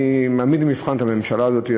אני מעמיד למבחן את הממשלה הזאת,